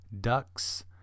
ducks